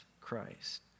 Christ